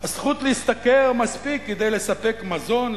הזכות להשתכר מספיק כדי לספק מזון,